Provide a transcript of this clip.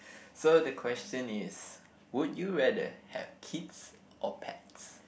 so the question is would you rather have kids or pets